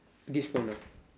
this phone ah